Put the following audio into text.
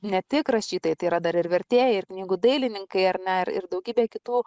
ne tik rašytojai tai yra dar ir vertėjai ir knygų dailininkai ar ne ir ir daugybė kitų